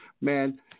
Man